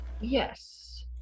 Yes